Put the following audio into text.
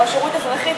או שירות אזרחי,